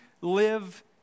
live